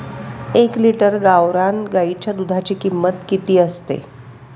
एक लिटर गावरान गाईच्या दुधाची किंमत किती असते?